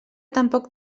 tampoc